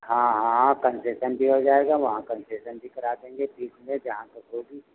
हाँ हाँ कन्सेशन दिया जाएगा वहाँ कन्सेशन भी करा देंगे फीस में जहाँ तक होगी